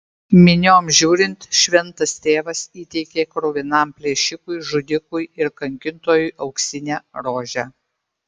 minioms žiūrint šventas tėvas įteikė kruvinam plėšikui žudikui ir kankintojui auksinę rožę